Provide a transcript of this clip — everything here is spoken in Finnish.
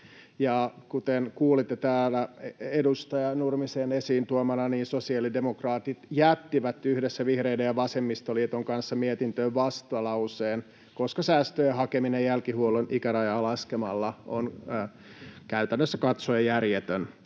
Kuten kuulitte täällä edustaja Nurmisen esiin tuomana, sosiaalidemokraatit jättivät yhdessä vihreiden ja vasemmistoliiton kanssa mietintöön vastalauseen, koska säästöjen hakeminen jälkihuollon ikärajaa laskemalla on käytännössä katsoen järjetöntä.